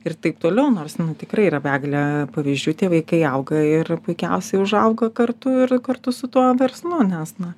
ir taip toliau nors nu tikrai yra begalė pavyzdžių tie vaikai auga ir puikiausiai užauga kartu ir kartu su tuo verslu nes na